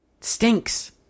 stinks